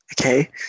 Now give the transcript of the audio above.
okay